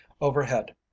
Overhead